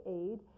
aid